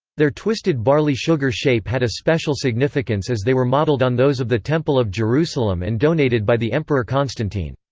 their twisted barley-sugar shape had a special significance as they were modeled on those of the temple of jerusalem and donated by the emperor constantine.